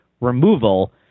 removal